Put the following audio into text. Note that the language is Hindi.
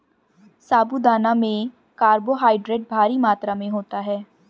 साबूदाना में कार्बोहायड्रेट भारी मात्रा में होता है